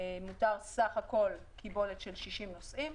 מותר סך הכול קיבולת של 60 נוסעים,